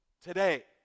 today